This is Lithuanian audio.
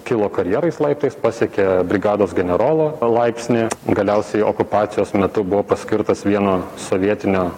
kilo karjerais laiptais pasiekė brigados generolo laipsnį galiausiai okupacijos metu buvo paskirtas vieno sovietinio